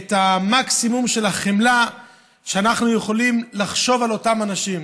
את המקסימום של החמלה שאנחנו יכולים לחשוב על אותם אנשים.